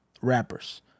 rappers